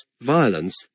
violence